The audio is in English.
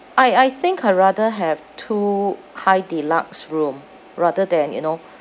I I think I rather have two high deluxe room rather than you know